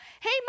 Hey